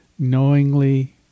Knowingly